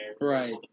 Right